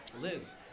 Liz